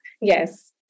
Yes